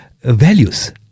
values